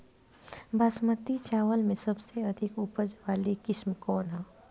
बासमती चावल में सबसे अधिक उपज वाली किस्म कौन है?